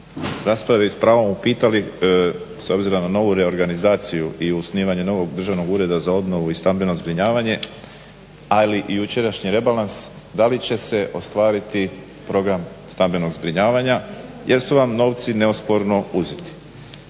raspravi spravom upitali s obzirom na novu reorganizaciju i osnivanje novog Državnog ureda za obnovu i stambeno zbrinjavanje, ali i jučerašnji rebalans da li će se ostvariti program stambenog zbrinjavanja jer su vam novci neosporno uzeti.